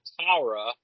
Tara